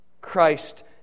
Christ